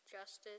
justice